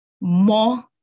more